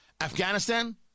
afghanistan